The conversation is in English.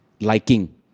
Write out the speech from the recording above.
liking